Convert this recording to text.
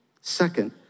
Second